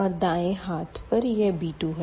और दाएँ हाथ पर यह b2 है